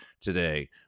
today